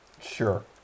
Sure